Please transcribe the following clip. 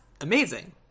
amazing